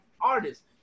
artists